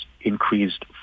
increased